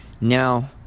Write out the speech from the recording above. now